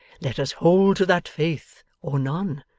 let us hold to that faith, or none.